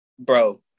Bro